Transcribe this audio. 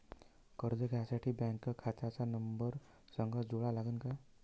कर्ज घ्यासाठी बँक खात्याचा नंबर संग जोडा लागन का?